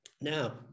Now